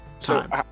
time